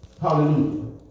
Hallelujah